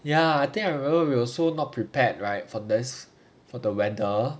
ya I think I remember we also not prepared right for this for the weather